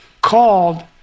called